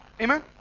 Amen